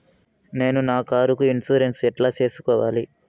నేను నా కారుకు ఇన్సూరెన్సు ఎట్లా సేసుకోవాలి